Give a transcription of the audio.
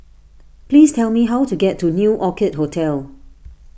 please tell me how to get to New Orchid Hotel